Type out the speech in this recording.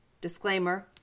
Disclaimer